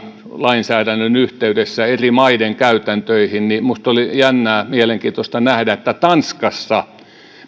lainsäädännön yhteydessä eri maiden käytäntöihin niin minusta oli jännää mielenkiintoista nähdä että tanskassa